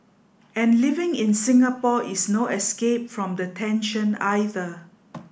and living in Singapore is no escape from the tension either